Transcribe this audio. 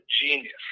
genius